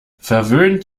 verwöhnt